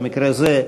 במקרה זה,